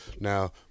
now